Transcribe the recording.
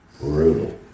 Brutal